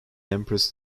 empress